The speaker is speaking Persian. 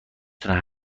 تونه